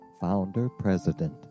founder-president